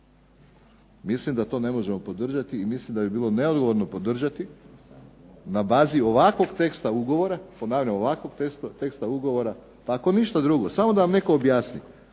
mislim da to ne možemo podržati i mislim da bi bilo neodgovorno podržati na bazi ovakvog teksta ugovora, ponavljam ovakvog teksta ugovora, ako ništa drugo samo da vam netko objasni